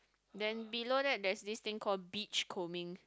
then below that there's this thing called beachcombing